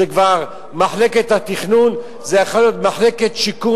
מחלקת התכנון כבר יכולה היתה להיות מחלקת השיקום